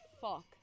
fuck